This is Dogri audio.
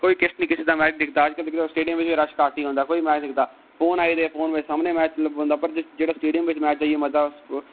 कोई किसे दा नेईं मैच दिखदा अज्ज स्टेडियम बिच अज्ज रश घट्ट गै होंदा कोई मैच नेईं दिखदा फोन आई गेदे फोन बिच सामने मैच लब्भी जंदा पर जेहड़ा स्टोडियम बिच मैच जाइयै मजा ऐ